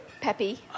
peppy